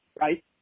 right